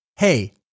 Hey